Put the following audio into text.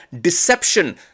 deception